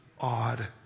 odd